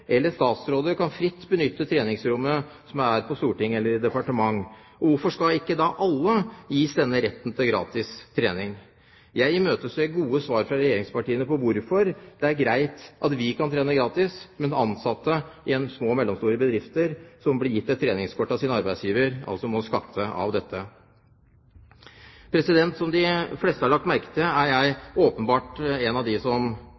eller statsråder, kan fritt benytte treningsrommet på Stortinget eller i departementet. Hvorfor skal ikke da alle gis denne retten til gratis trening? Jeg imøteser gode svar fra regjeringspartiene på hvorfor det er greit at vi kan trene gratis, mens ansatte i små og mellomstore bedrifter som blir gitt et treningskort av sin arbeidsgiver, altså må skatte av dette. Som de fleste har lagt merke til, er jeg åpenbart en av dem som med fordel kunne ha brukt de